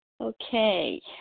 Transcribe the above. Okay